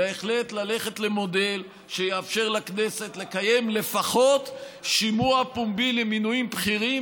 ללכת למודל שיאפשר לכנסת לקיים לפחות שימוע פומבי למינויים בכירים,